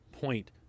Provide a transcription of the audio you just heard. point